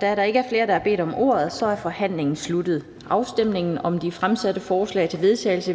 Da der ikke er flere, der har bedt om ordet, er forhandlingen sluttet. Afstemning om de fremsatte forslag til vedtagelse